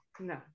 No